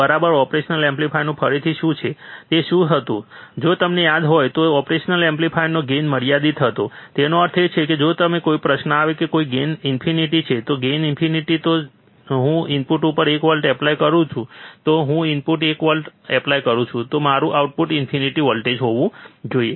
operational એમ્પ્લીફાયરનું ફરીથી શું છે તે શું હતું જો તમને યાદ હોય તો ઓપરેશનલ એમ્પ્લીફાયરનો ગેઇન મર્યાદિત હતો તેનો અર્થ એ છે કે જો પછી કોઈ પ્રશ્ન આવે કે જો ગેઇન ઈન્ફિનિટ છે જો ગેઇન ઈન્ફિનિટ છે તો જો હું ઇનપુટ ઉપર 1 વોલ્ટ એપ્લાય કરું જો હું ઇનપુટ ઉપર એક વોલ્ટ એપ્લાય કરું તો મારું આઉટપુટ ઈન્ફિનિટ વોલ્ટેજ હોવું જોઈએ